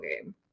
game